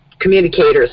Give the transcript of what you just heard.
Communicators